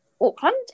Auckland